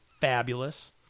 fabulous